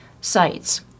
sites